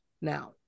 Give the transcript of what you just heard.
now